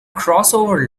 crossover